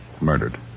Murdered